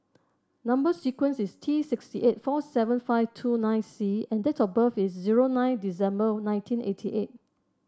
number sequence is T six eight four seven five two nine C and date of birth is zero nine December nineteen eighty eight